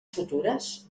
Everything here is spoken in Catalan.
futures